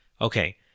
okay